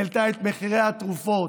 העלתה את מחירי התרופות.